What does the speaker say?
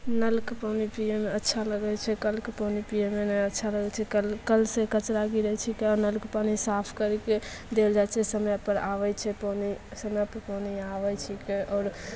नलके पानी पीएमे अच्छा लगैत छै कलके पानि पीएमे नहि अच्छा लगैत छै कल कलसे कचड़ा गिरैत छै नलके पानि साफ करिके देल जाइत छै समयपर आबैत छै पानि समय पर पानि आबैत छिकै आओर